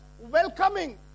welcoming